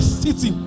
city